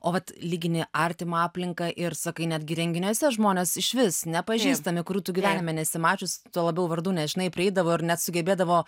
o vat lygini artimą aplinką ir sakai netgi renginiuose žmonės išvis nepažįstami kurių tu gyvenime nesi mačius tuo labiau vardų nežinai prieidavo ir net sugebėdavo